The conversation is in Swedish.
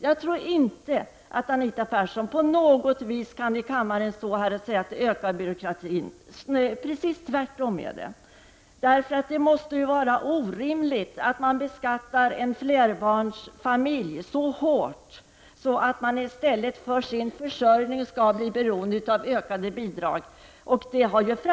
Jag tror inte att Anita Persson här i kammaren kan visa att byråkratin skulle bli större. Det förhåller sig precis tvärtom. Det är ju orimligt att beskatta en flerbarnsfamilj så hårt att familjen för sin försörjning i stället blir beroende av ökade bidrag.